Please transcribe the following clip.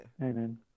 Amen